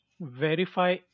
verify